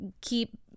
keep